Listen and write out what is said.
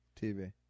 TV